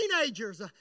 teenagers